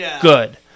good